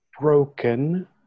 broken